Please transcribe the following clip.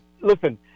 Listen